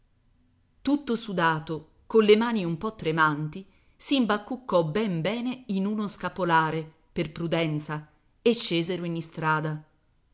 tutto sudato colle mani un po tremanti si imbacuccò ben bene in uno scapolare per prudenza e scesero in istrada